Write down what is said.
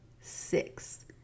six